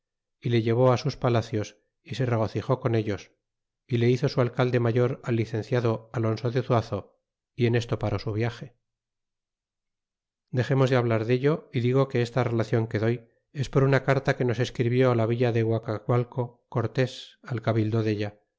y le llevó sus palacios y se regocijó con ellos y le hizo su alcalde mayor al licenciado alonso de zuazo y en esto paró su viage dexemos de hablar dello y digo que esta relacion que doy es por una carta que nos escribió á la villa de guacacnalco cortés al cabildo della